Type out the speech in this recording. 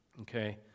Okay